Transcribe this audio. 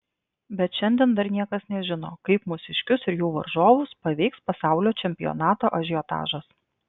bet šiandien dar niekas nežino kaip mūsiškius ir jų varžovus paveiks pasaulio čempionato ažiotažas